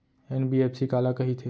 NBFC काला कहिथे?